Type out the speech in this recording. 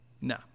No